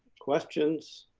questions,